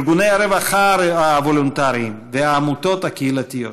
ארגוני הרווחה הוולונטריים והעמותות הקהילתיות.